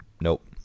Nope